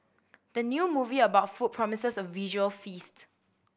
the new movie about food promises a visual feast